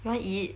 you wanna eat